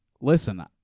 listen